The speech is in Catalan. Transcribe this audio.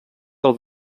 del